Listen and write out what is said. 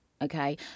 okay